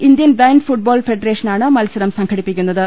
Indian blind football ഫെഡറേഷനാണ് മത്സരം സംഘടിപ്പിക്കു ന്നത്